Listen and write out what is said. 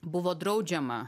buvo draudžiama